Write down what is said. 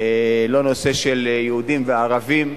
לא נושא של יהודים וערבים.